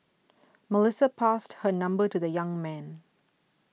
Melissa passed her number to the young man